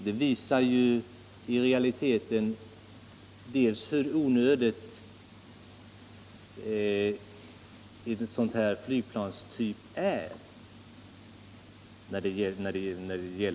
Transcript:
Det visar i realiteten bl.a. hur onödig en sådan här flygplanstyp är för Sverige.